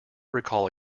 recall